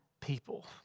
people